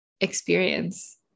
experience